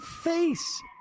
face